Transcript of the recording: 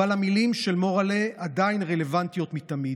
אבל המילים של מורל'ה עדיין רלוונטיות מתמיד.